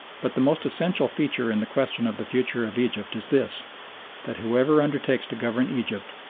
but the most essential feature in the question of the future of egypt is this that whoever undertakes to govern egypt,